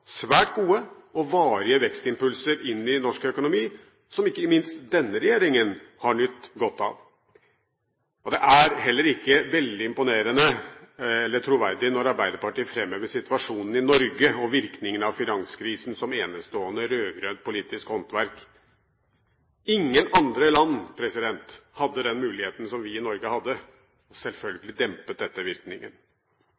svært gode og varige vekstimpulser inn i norsk økonomi, som ikke minst denne regjeringen har nytt godt av. Det er heller ikke veldig imponerende eller troverdig når Arbeiderpartiet framhever situasjonen i Norge og virkningene av finanskrisen som enestående rød-grønt politisk håndverk. Ingen andre land hadde den muligheten som vi i Norge hadde.